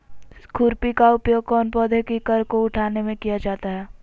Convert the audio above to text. खुरपी का उपयोग कौन पौधे की कर को उठाने में किया जाता है?